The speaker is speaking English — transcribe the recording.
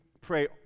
pray